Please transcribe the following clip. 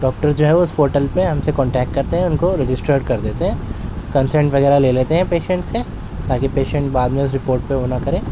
doctors جو ہیں وہ اس پورٹل پہ ہم سے کانٹیکٹ کرتے ہیں ان کو رجسٹرڈ کر دیتے ہیں کنسنٹ وغیرہ لے لیتے ہیں پیشنٹ سے تاکہ پیشنٹ بعد میں رپورٹ پہ وہ نہ کرے